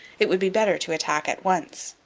it would be better to attack at once.